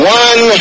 one